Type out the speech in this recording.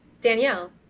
Danielle